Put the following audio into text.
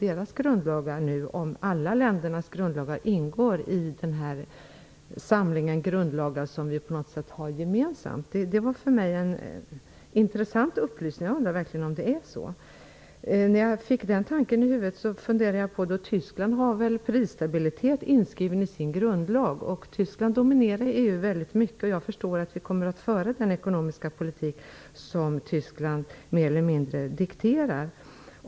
Eller skall vi, om alla ländernas grundlagar ingår i en gemensam samling av grundlagar, omfattas av andra länders grundlagar? Detta var en intressant upplysning. Jag undrar verkligen om det är så. När jag fick denna tanke ur huvudet funderade jag på Tyskland. I Tyskland finns väl prisstabiliteten inskriven i grundlagen? Tyskland är ju väldigt dominerande inom EU. Jag förstår att vi kommer att föra den ekonomiska politik som Tyskland mer eller mindre dikterar.